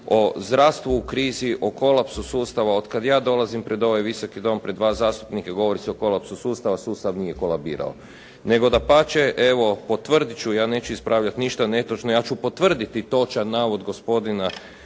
o zdravstvu u krizi, o kolapsu sustava. Otkad ja dolazim pred ovaj Visoki dom, pred vas zastupnike govori se o kolapsu sustavu, sustav nije kolabirao. Nego dapače, evo potvrdit ću, ja neću ispravljat ništa netočno, ja ću potvrditi točan navod gospodina